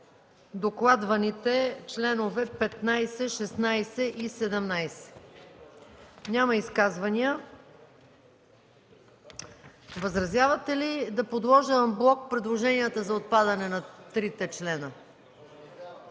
докладваните членове 15, 16 и 17? Няма изказвания. Възразявате ли да подложа анблок на гласуване предложенията за отпадане на трите члена?